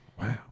Wow